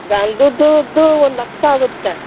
ಗಂಧದ್ದು ಒಂದು ಲಕ್ಷ ಆಗುತ್ತೆ